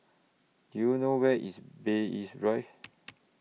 Do YOU know Where IS Bay East Rive